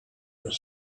are